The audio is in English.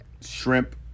shrimp